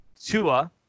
Tua